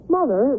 Mother